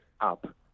up